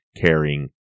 caring